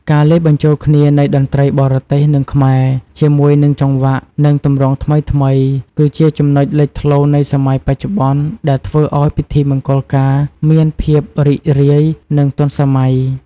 ការលាយបញ្ចូលគ្នានៃតន្ត្រីបរទេស និងខ្មែរ ជាមួយនឹងចង្វាក់ និងទម្រង់ថ្មីៗ គឺជាចំណុចលេចធ្លោនៃសម័យបច្ចុប្បន្ន ដែលធ្វើឲ្យពិធីមង្គលការមានភាពរីករាយ និងទាន់សម័យ។